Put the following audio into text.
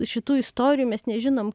šitų istorijų mes nežinom